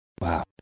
Wow